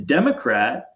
Democrat